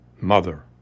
mother